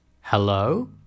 Hello